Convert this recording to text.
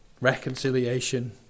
reconciliation